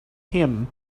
him